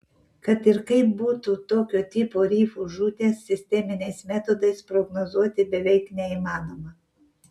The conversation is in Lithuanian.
kad ir kaip būtų tokio tipo rifų žūties sisteminiais metodais prognozuoti beveik neįmanoma